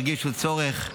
הרגישו צורך.